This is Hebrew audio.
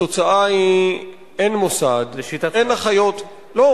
התוצאה היא, אין מוסד, אין אחיות, לשיטתך.